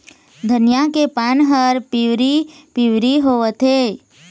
धनिया के पान हर पिवरी पीवरी होवथे?